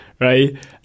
right